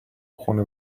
خونه